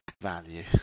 Value